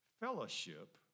fellowship